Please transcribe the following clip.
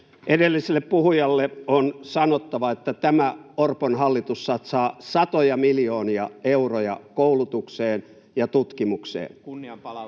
Edelliselle puhujalle on sanottava, että tämä Orpon hallitus satsaa satoja miljoonia euroja koulutukseen ja tutkimukseen.